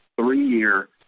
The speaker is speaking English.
three-year